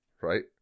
Right